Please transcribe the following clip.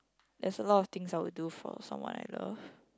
there's a lot of things I would do for someone I love